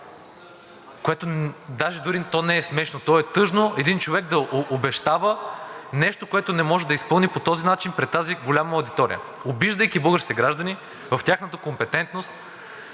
Това даже не е смешно, то е тъжно един човек да обещава нещо, което не може да изпълни, по този начин пред тази голяма аудитория, обиждайки българските граждани в тяхната компетентност,